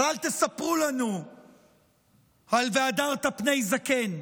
אז אל תספרו לנו על "והדרת פני זקן",